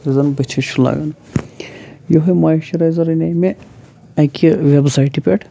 یُس زَن بٕتھِس چھُ لَگان یِہوٚے مایِسچٕرایزَر اَنے مےٚ اَکہِ وٮ۪بسایٹہِ پٮ۪ٹھ